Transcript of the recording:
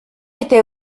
était